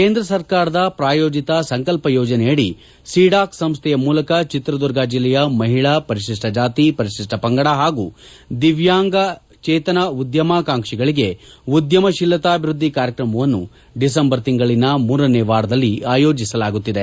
ಕೇಂದ್ರ ಸರ್ಕಾರದ ಪ್ರಾಯೋಜಿತ ಸಂಕಲ್ಪ ಯೋಜನೆಯಡಿ ಸಿಡಾಕ್ ಸಂಸ್ಥೆಯ ಮೂಲಕ ಚಿತ್ರದುರ್ಗ ಜಿಲ್ಲೆಯ ಮಹಿಳಾ ಪರಿಶಿಷ್ಟ ಜಾತಿ ಪರಿಶಿಷ್ಟ ಪಂಗಡ ಹಾಗೂ ದಿವ್ಯಾಂಗ ಉದ್ಯಮಾಕಾಂಕ್ಷಿಗಳಿಗೆ ಉದ್ಯಮಶೀಲತಾಭಿವೃದ್ಧಿ ಕಾರ್ಯಕ್ರಮವನ್ನು ಡಿಸೆಂಬರ್ ತಿಂಗಳನ ಮೂರನೇ ವಾರದಲ್ಲಿ ಆಯೋಜಿಸಲಾಗುತ್ತಿದೆ